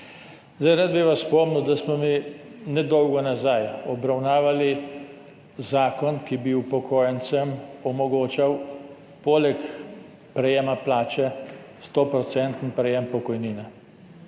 Rad bi vas spomnil, da smo mi nedolgo nazaj obravnavali zakon, ki bi upokojencem omogočal poleg prejema plače 100-procenten prejem pokojnine.